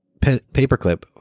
paperclip